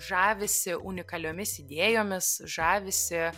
žavisi unikaliomis idėjomis žavisi